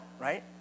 Right